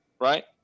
Right